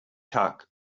tuck